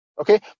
Okay